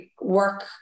work